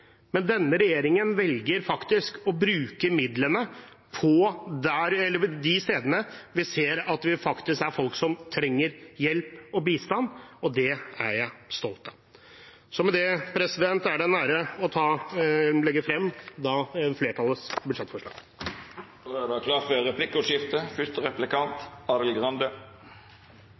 Denne regjeringen velger å bruke midlene på de stedene vi ser at det faktisk er folk som trenger hjelp og bistand, og det er jeg stolt av. Med det er det en ære å legge frem flertallets budsjettforslag. Det vert replikkordskifte. Stortinget vedtok, mot regjeringspartienes stemmer, kraftige innstramninger i innleieregelverket. Stortinget vedtok samtidig å gi regjeringen i oppdrag å sørge for